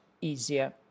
easier